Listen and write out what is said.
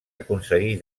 aconseguí